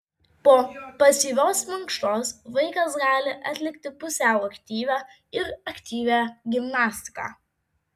po pasyvios mankštos vaikas gali atlikti pusiau aktyvią ir aktyvią gimnastiką